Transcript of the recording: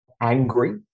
angry